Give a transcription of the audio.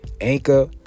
Anchor